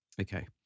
okay